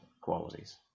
qualities